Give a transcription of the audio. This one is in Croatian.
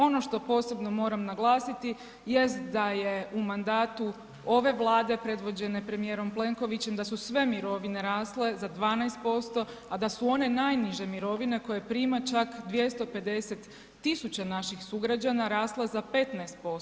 Ono što posebno moram naglasiti jest da je u mandatu ove Vlade predvođene premijerom Plenkovićem, da su sve mirovine rasle za 12%, a da su one najniže mirovine koje prima čak 250 tisuća naših sugrađana rasle za 15%